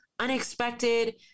unexpected